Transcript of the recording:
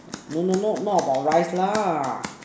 no no no not about rice lah